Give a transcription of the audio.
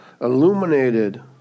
illuminated